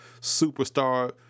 superstar